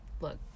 Look